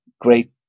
great